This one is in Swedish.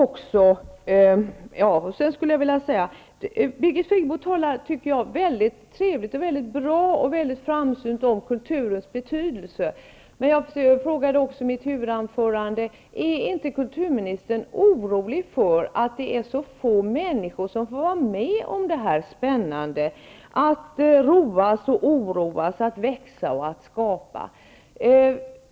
Birgit Friggebo talar, tycker jag, väldigt trevligt och bra och framsynt om kulturens betydelse, men jag frågade också i mitt huvudanförande: Är inte kulturministern orolig för att det är så få människor som får vara med om det här spännande, att roas och oroas, att växa och att skapa?